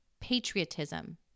patriotism